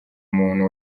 muntu